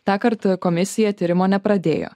tąkart komisija tyrimo nepradėjo